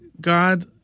God